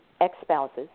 ex-spouses